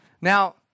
Now